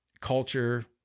culture